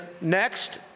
next